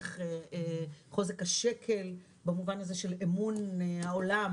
איך חוזק השקל במובן הזה של אמון העולם